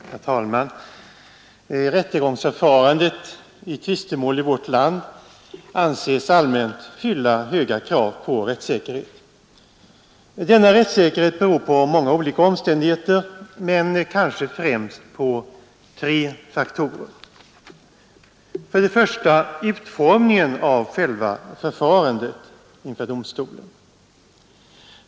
Herr talman! Rättegångsförfarandet i tvistemål i vårt land anses allmänt fylla höga krav på rättssäkerhet. Denna rättssäkerhet beror på många olika omständigheter men kanske främst på tre faktorer. För det första: utformningen av själva förfarandet inför domstolen.